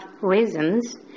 reasons